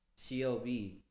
clb